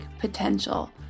potential